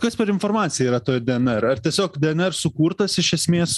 kas per informacija yra toj dnr ar tiesiog dnr sukurtas iš esmės